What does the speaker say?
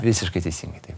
visiškai teisingai taip